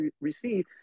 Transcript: receive